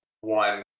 one